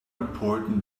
important